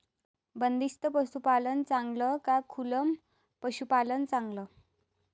बंदिस्त पशूपालन चांगलं का खुलं पशूपालन चांगलं?